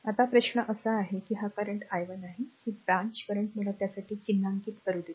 आता प्रश्न असा आहे की r हा करंट i 1 आहे ही branch current मला त्यासाठी चिन्हांकित करू देते